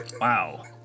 Wow